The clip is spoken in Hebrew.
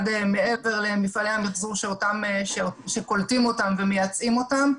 מעבר למפעלי המיחזור שקולטים אותם ומייצאים אותם.